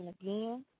again